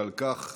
ועל כך